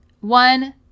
one